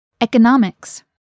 economics